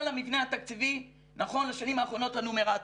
המבנה התקציבי נכון לשנים האחרונות של הנומרטור.